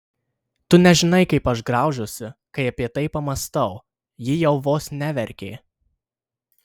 tu nežinai kaip aš graužiuosi kai apie tai pamąstau ji jau vos neverkė